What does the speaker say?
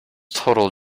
total